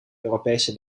europese